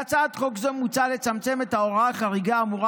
בהצעת חוק זו מוצע לצמצם את ההוראה החריגה האמורה